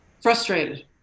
Frustrated